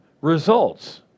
results